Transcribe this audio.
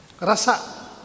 Rasa